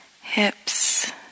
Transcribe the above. hips